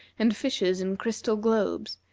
and fishes in crystal globes,